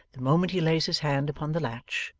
the moment he lays his hand upon the latch,